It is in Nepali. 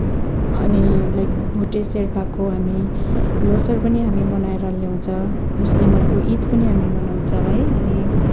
अनि लाइक भोटे सेर्पाको हामी लोसार पनि हामी मनाएर ल्याउँछ मुस्लिमहरूको ईद पनि हामी मनाउँछ है अनि